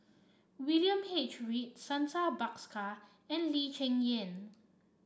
William H Read Santha Bhaskar and Lee Cheng Yan